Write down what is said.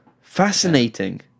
Fascinating